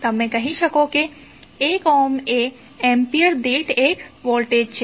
તમે કહો છો કે 1 ઓહ્મ એ એમ્પિયર દીઠ 1 વોલ્ટ છે